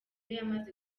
yamaze